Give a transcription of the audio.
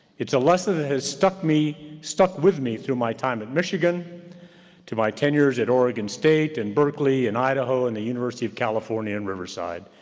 it's a lesson that has stuck me, stuck with me through my time at michigan to my tenures at oregon state and berkeley and idaho and the university of california and riverside,